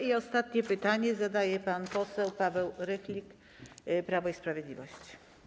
I ostatnie pytanie zada pan poseł Paweł Rychlik, Prawo i Sprawiedliwość.